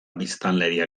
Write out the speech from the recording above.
biztanleria